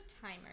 timer